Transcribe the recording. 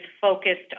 focused